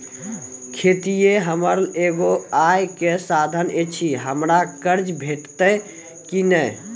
खेतीये हमर एगो आय के साधन ऐछि, हमरा कर्ज भेटतै कि नै?